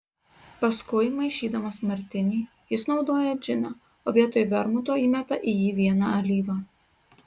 paskui maišydamas martinį jis naudoja džiną o vietoj vermuto įmeta į jį vieną alyvą